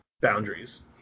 boundaries